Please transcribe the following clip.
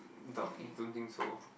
doubt don't think so